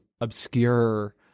obscure